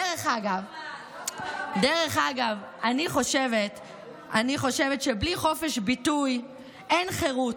דרך אגב, אני חושבת שבלי חופש ביטוי אין חירות,